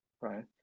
right